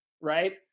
right